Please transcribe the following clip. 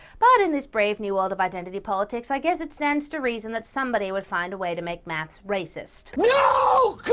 but in this brave new world of identity politics, i guess it stands to reason that somebody would find a way to make maths racist. you know